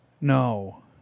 No